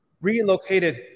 relocated